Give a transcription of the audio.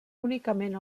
únicament